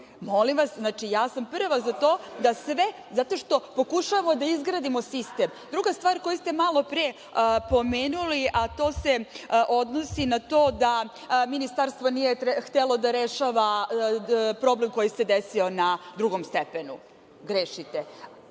Molim vas, znači, ja sam prva za to da sve… zato što pokušavamo da izgradimo sistem. Druga stvar koju ste malo pre pomenuli, a to se odnosi na to da Ministarstvo nije htelo da rešava problem koji se desio na drugom stepenu. Grešite.